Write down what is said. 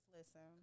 Listen